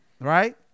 right